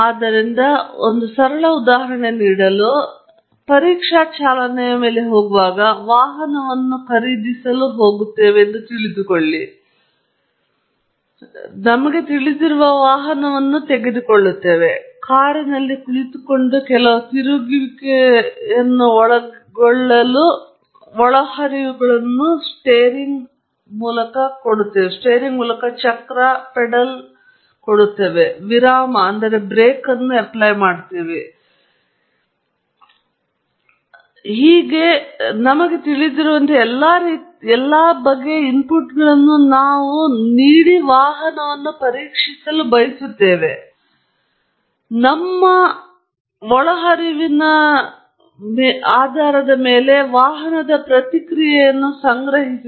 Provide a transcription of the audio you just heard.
ಆದ್ದರಿಂದ ನಿಮಗೆ ಒಂದು ಸರಳ ಉದಾಹರಣೆ ನೀಡಲು ನಾವು ಪರೀಕ್ಷಾ ಚಾಲನೆಯ ಮೇಲೆ ಹೋಗುವಾಗ ವಾಹನವನ್ನು ಖರೀದಿಸಲು ಹೇಳುವುದಾದರೆ ನಮಗೆ ತಿಳಿದಿರುವ ಎಲ್ಲರೂ ವಾಹನವನ್ನು ತೆಗೆದುಕೊಳ್ಳುತ್ತಾರೆ ಕಾರಿನಲ್ಲಿ ಕುಳಿತುಕೊಳ್ಳಿ ಮತ್ತು ಕೆಲವು ತಿರುಗುವಿಕೆಯನ್ನು ಒಳಗೊಳ್ಳಲು ಒಳಹರಿವುಗಳನ್ನು ಸ್ಟೀರಿಂಗ್ ಚಕ್ರ ಮತ್ತು ಪೆಡಲ್ ವಿರಾಮಗಳನ್ನು ಸರಬರಾಜು ಇಂಧನವನ್ನು ಹೀಗೆ ಅನ್ವಯಿಸುತ್ತದೆ ಮತ್ತು ನಿಮಗೆ ತಿಳಿದಿರುವಂತೆ ಎಲ್ಲಾ ರೀತಿಯ ಬಗೆಯ ಇನ್ಪುಟ್ಗಳನ್ನು ನಾವು ನಿಜವಾಗಿಯೂ ವಾಹನವನ್ನು ಪರೀಕ್ಷಿಸಲು ಬಯಸುತ್ತೇವೆ ತದನಂತರ ವಾಹನದ ಪ್ರತಿಕ್ರಿಯೆಯನ್ನು ಸಂಗ್ರಹಿಸಿ